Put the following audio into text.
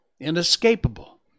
inescapable